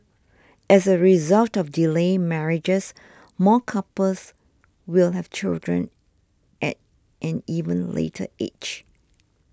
as a result of delayed marriages more couples will have children at an even later age